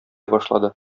башлады